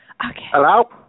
Hello